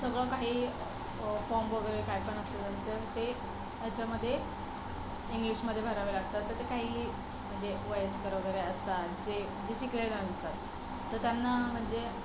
सगळं काही फॉर्म वगैरे काय पण असतं त्यांचं ते याच्यामध्ये इंग्लिशमध्ये भरावे लागतात तर ते काही म्हणजे वयस्कर वगैरे असतात जे जे शिकलेले नसतात तर त्यांना म्हणजे